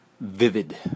vivid